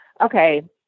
okay